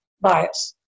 bias